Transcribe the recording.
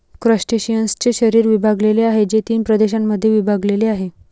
क्रस्टेशियन्सचे शरीर विभागलेले आहे, जे तीन प्रदेशांमध्ये विभागलेले आहे